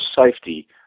safety